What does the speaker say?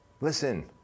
Listen